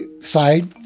side